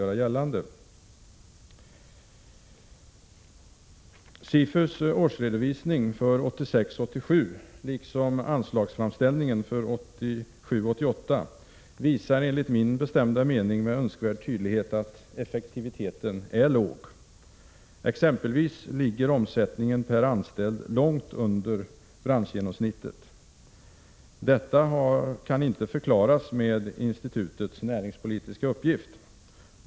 SIFU:s årsredovisning för 1986 88 visar enligt min bestämda mening med önskvärd tydlighet att effektiviteten är låg. Exempelvis ligger omsättningen per anställd långt under branschgenomsnittet. Detta kan inte förklaras med institutets näringspolitiska uppgift.